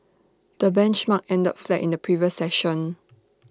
the benchmark ended flat in the previous session